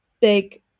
big